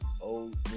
old